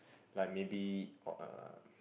like maybe orh uh